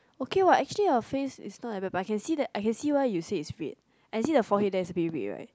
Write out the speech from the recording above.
okay what actually your face is not ever but I can see that I can see why you see is red and see your forehead is damn very red right